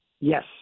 Yes